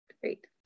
Great